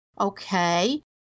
Okay